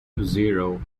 zero